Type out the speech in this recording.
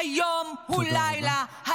היום הוא לילה.